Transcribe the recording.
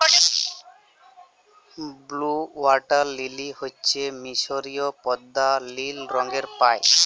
blue water lily হচ্যে মিসরীয় পদ্দা লিল রঙের পায়